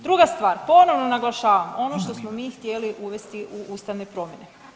Druga stvar, ponovo naglašavam, ono što smo mi htjeli uvesti u ustavne promjene.